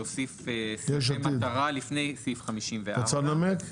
להוסיף סעיפי מטרה לפני סעיף 54. רוצה לנמק?